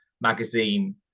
magazine